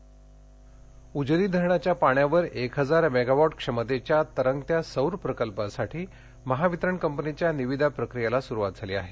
उजनी सोलापर उजनी धरणाच्या पाण्यावर एक हजार मेगावॉट क्षमतेच्या तरंगत्या सौरप्रकल्पासाठी महावितरण कंपनीच्या निविदा प्रक्रियेला सुरुवात झाली आहे